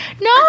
no